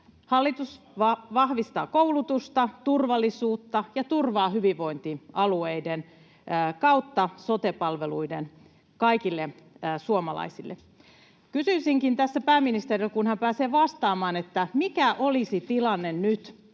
Hallitus vahvistaa koulutusta, turvallisuutta ja turvaa hyvinvointialueiden kautta sote-palvelut kaikille suomalaisille. Kysyisinkin tässä pääministeriltä, kun hän pääsee vastaamaan, että mikä olisi tilanne nyt